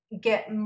get